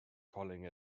calling